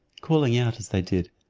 calling out as they did,